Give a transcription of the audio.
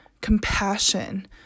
compassion